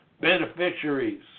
beneficiaries